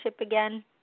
again